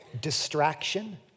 distraction